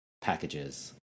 packages